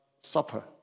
supper